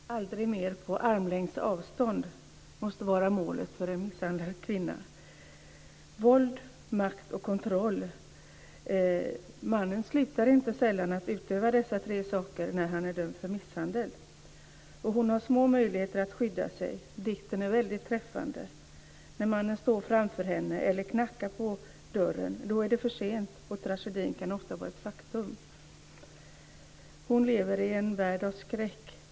Fru talman! Aldrig mer på armslängds avstånd måste vara målet för en misshandlad kvinna. Våld, makt och kontroll - mannen slutar sällan att utöva dessa tre saker när han är dömd för misshandel, och hon har små möjligheter att skydda sig. Dikten är mycket träffande. När mannen står framför henne eller knackar på dörren är det för sent, och tragedin kan ofta vara ett faktum. Hon lever i en värld av skräck.